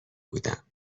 بودم